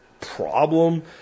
problem